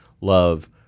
love